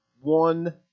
one